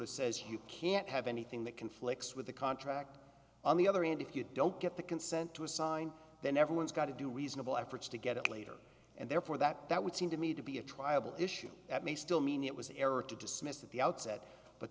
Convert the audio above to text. of says you can't have anything that conflicts with the contract on the other hand if you don't get the consent to assign then everyone's got to do reasonable efforts to get it later and therefore that that would seem to me to be a triable issue at may still mean it was error to dismiss at the outset but